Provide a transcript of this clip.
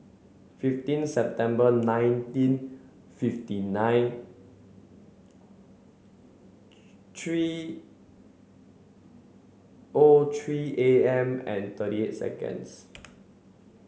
fifteen September nineteen fifty nine three O three A M and thirty eight seconds